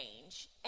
change